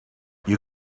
you